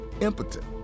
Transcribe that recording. impotent